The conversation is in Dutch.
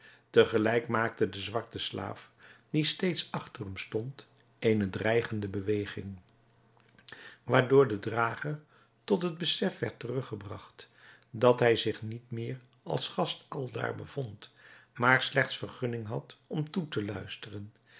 tegelijk maakte de zwarte slaaf die steeds achter hem stond eene dreigende beweging waardoor de drager tot het besef werd teruggebragt dat hij zich niet meer als gast aldaar bevond maar slechts vergunning had om toe te luisteren